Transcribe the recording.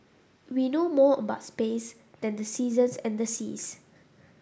we know more about space than the seasons and the seas